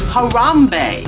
Harambe